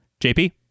JP